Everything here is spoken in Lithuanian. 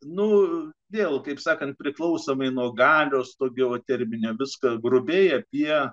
norų dėl kaip sakant priklausomai nuo galios to geoterminio viską grubiai apie